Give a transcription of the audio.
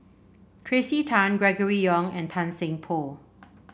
Tracey Tan Gregory Yong and Tan Seng Poh